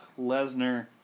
Lesnar